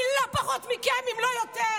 אני לא פחות מכם, אם לא יותר.